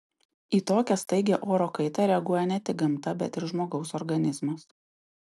į tokią staigią oro kaitą reaguoja ne tik gamta bet ir žmogaus organizmas